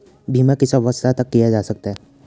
बीमा किस अवस्था तक किया जा सकता है?